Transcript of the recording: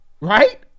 Right